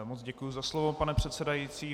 Moc děkuji za slovo, pane předsedající.